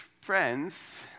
friends